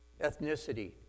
ethnicity